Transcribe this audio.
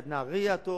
ראש עיריית נהרייה טוב,